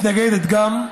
מתנגדת גם,